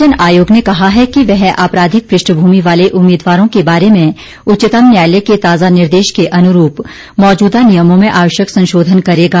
निर्वाचन आयोग ने कहा है कि वह आपराधिक पृष्ठभूमि वाले उम्मीदवारों के बारे में उच्चतम न्यायलय के ताजा निर्देश के अनुरूप मौजूदा नियमों में आवश्यक संशोधन करेगा